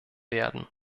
werden